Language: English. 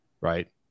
right